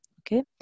okay